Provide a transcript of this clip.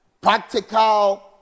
practical